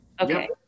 Okay